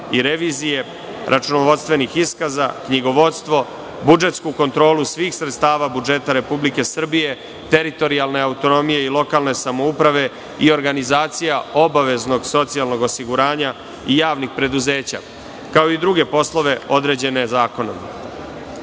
i revizije, računovodstvenih iskaza, knjigovodstvo, budžetsku kontrolu svih sredstava budžeta Republike Srbije, teritorijalne autonomije i lokalne samouprave i organizacija obaveznog socijalnog osiguranja, i javnih preduzeća, kao i druge poslove, određene zakonom.U